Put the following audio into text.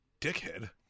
dickhead